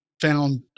found